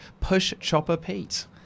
pushchopperpete